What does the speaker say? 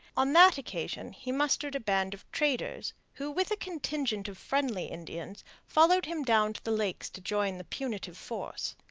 on that occasion he mustered a band of traders who, with a contingent of friendly indians, followed him down to the lakes to join the punitive force.